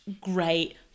great